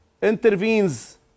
intervenes